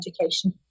education